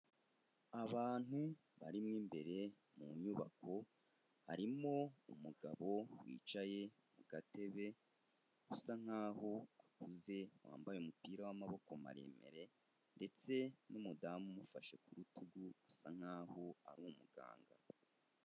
Abantu barimo imbere mu nyubako. Harimo umugabo wicaye ku gatebe usa nk'aho ukuze wambaye umupira w'amaboko maremare, ndetse n'umudamu umufashe ku rutugu usa nkaho ari umuganga.